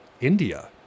India